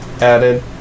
added